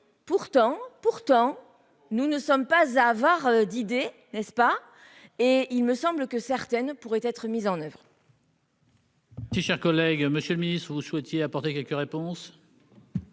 Pourtant, nous ne sommes pas avares d'idées, et il me semble que certaines pourraient être mises en oeuvre.